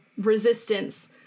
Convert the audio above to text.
resistance